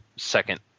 Second